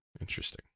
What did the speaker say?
Interesting